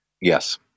Yes